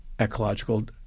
ecological